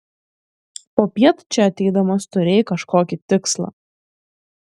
popiet čia ateidamas turėjai kažkokį tikslą